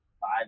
five